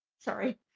sorry